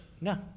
No